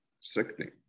sickening